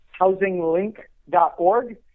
housinglink.org